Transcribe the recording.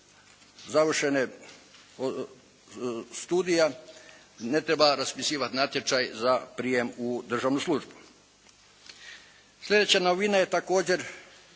završenog studija ne treba raspisivati natječaj za prijem u državnu službu. Slijedeća novina je također